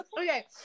Okay